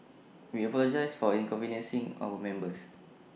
we apologise for inconveniencing our members